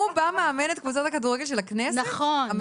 הוא בא ומאמן את קבוצת הכדורגל של הכנסת, המעורבת?